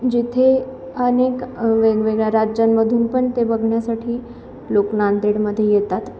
अनेक वेगवेगळ्या राज्यांमधून पण ते बघण्यासाठी लोक नांदेडमध्ये येतात